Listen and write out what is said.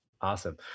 Awesome